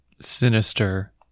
sinister